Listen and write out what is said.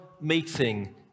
Meeting